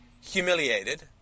humiliated